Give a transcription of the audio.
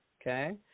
okay